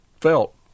felt